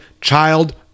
child